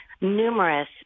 numerous